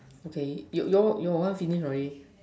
okay you your one finish already